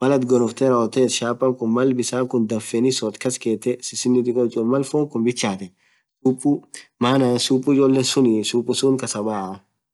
Mal atin gonofthee rawothethu chapaa khun Mal bisan Kun dhafee sodh kaskethe sisino dhikoye itchopsite Mal fonn khun bichaten supu. supu maana supu suuth kasabaaa